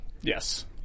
Yes